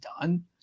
done